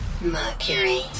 Mercury